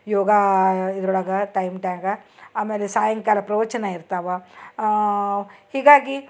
ಯೋಗಾ ಇದ್ರೊಳ್ಗ ಟೈಮ್ ಟ್ಯಾಗ ಆಮೇಲೆ ಸಾಯಂಕಾಲ ಪ್ರವಚನ ಇರ್ತಾವ ಹೀಗಾಗಿ